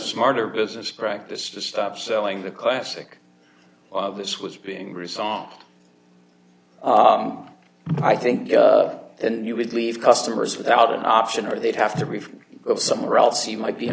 smarter business practice to stop selling the classic of this was being resampled i think and you would leave customers without an option or they'd have to go somewhere else you might be